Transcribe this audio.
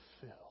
Fill